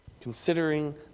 Considering